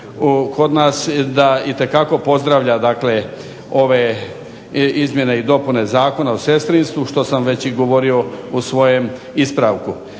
da itekako pozdravlja dakle ove izmjene i dopune Zakona o sestrinstvu, što sam već i govorio u svojem ispravku.